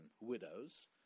widows